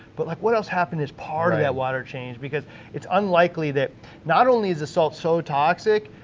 but like what else happened as part of that water change because it's unlikely that not only is the salt so toxic,